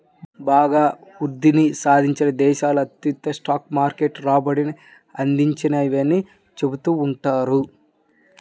బాగా వృద్ధిని సాధిస్తున్న దేశాలు అత్యుత్తమ స్టాక్ మార్కెట్ రాబడిని అందించవని చెబుతుంటారు